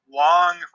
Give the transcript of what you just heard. long